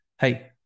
Hey